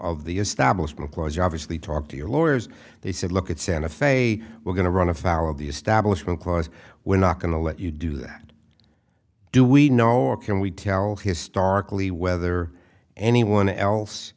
of the establishment clause you obviously talk to your lawyers they said look at santa fe we're going to run afoul of the establishment clause we're not going to let you do that do we know or can we tell historically whether anyone else